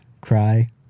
cry